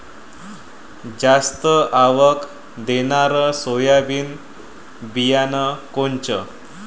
जास्त आवक देणनरं सोयाबीन बियानं कोनचं?